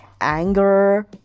anger